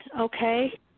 okay